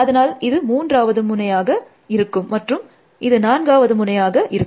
அதனால் இது மூன்றாவது முனையாக இருக்கும் மற்றும் இது நான்காவது முனையாக இருக்கும்